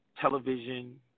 television